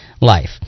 life